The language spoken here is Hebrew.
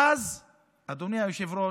אדוני היושב-ראש,